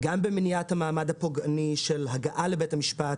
גם במניעת המעמד הפוגעני של הגעה לבית המשפט,